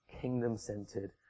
kingdom-centered